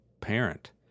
parent